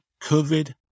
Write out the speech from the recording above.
COVID